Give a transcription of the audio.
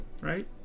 right